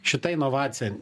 šita inovacija